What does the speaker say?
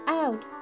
out